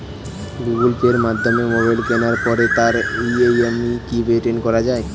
Google পের মাধ্যমে mobile কেনার পরে তার ই.এম.আই কি পেমেন্ট করা যায়?